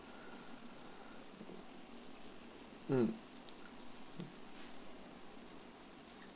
mm